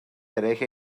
eraill